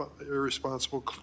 irresponsible